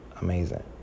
amazing